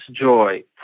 joy